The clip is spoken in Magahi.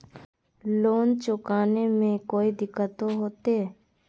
लोन चुकाने में कोई दिक्कतों होते?